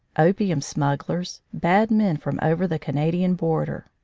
opium smugglers, bad men from over the canadian border.